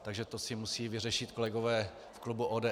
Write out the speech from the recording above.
Takže to si musí vyřešit kolegové v klubu ODS.